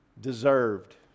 deserved